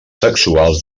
sexuals